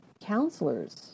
counselors